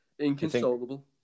inconsolable